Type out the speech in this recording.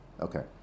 Okay